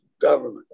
government